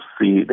see